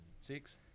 six